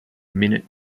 minute